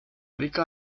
rica